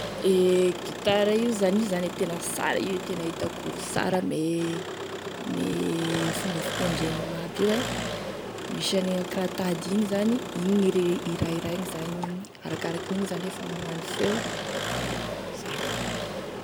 E gitara io zany e io zany e tena sara io tena hitako sara e ame ame fomba fitendren'olo aby io e, misy agn'igny akoraha sary tady igny zany igny e hirahiraigny zany igny, arakarakan'igny zany e famoahany feo, zay.